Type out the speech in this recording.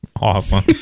Awesome